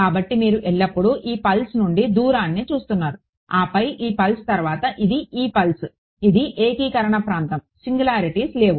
కాబట్టి మీరు ఎల్లప్పుడూ ఈ పల్స్ నుండి దూరాన్ని చూస్తున్నారు ఆపై ఈ పల్స్ తర్వాత ఇది ఈ పల్స్ ఇది ఏకీకరణ ప్రాంతం సింగులారిటీస్ లేవు